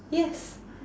yes